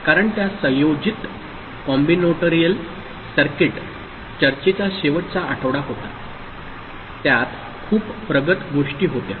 कारण त्या संयोजित सर्किट चर्चेचा शेवटचा आठवडा होता त्यांत खूप प्रगत गोष्टी होत्या